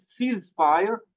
ceasefire